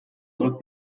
rückt